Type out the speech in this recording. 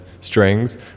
strings